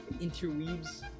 Interweaves